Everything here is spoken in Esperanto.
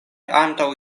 antaŭ